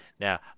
now